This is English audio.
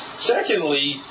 Secondly